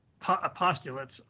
postulates